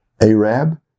Arab